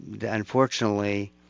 unfortunately